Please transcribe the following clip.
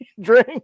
drink